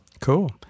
Cool